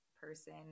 person